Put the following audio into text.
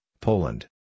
Poland